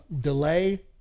delay